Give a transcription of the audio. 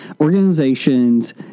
organizations